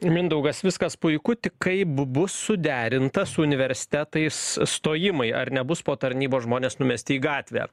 mindaugas viskas puiku tik kaip bus suderinta su universitetais stojimai ar nebus po tarnybos žmonės numesti į gatvę